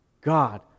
God